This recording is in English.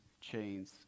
chains